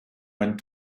went